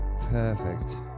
Perfect